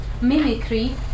mimicry